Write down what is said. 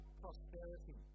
prosperity